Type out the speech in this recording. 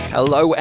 Hello